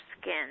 skin